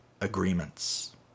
agreements